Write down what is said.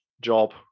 job